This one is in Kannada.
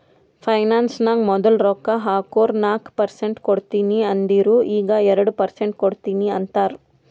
ಫೈನಾನ್ಸ್ ನಾಗ್ ಮದುಲ್ ರೊಕ್ಕಾ ಹಾಕುರ್ ನಾಕ್ ಪರ್ಸೆಂಟ್ ಕೊಡ್ತೀನಿ ಅಂದಿರು ಈಗ್ ಎರಡು ಪರ್ಸೆಂಟ್ ಕೊಡ್ತೀನಿ ಅಂತಾರ್